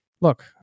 Look